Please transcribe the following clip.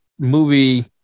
movie